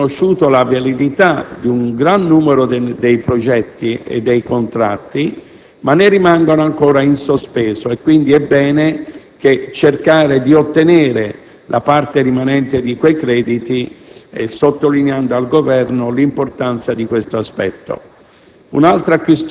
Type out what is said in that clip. ha riconosciuto la validità di un gran numero di progetti e di contratti, ma ne rimangono ancora in sospeso. Quindi è bene cercare di ottenere la parte rimanente di quei crediti, sottolineando al Governo l'importanza di questo aspetto.